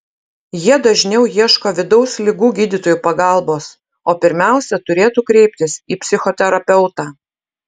jie dažniau ieško vidaus ligų gydytojų pagalbos o pirmiausia turėtų kreiptis į psichoterapeutą